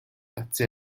татсан